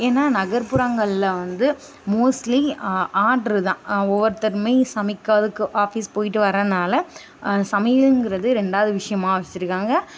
ஏன்னால் நகர்ப்புறங்களில் வந்து மோஸ்ட்லி ஆட்ரு தான் ஒவ்வொருத்தருமே சமைக்கிறதுக்கு ஆஃபிஸ் போய்விட்டு வரனால் சமையலுங்கிறது ரெண்டாவது விஷயமாக வச்சுருக்காங்க